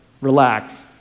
relax